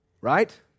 Right